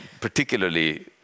particularly